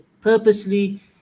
purposely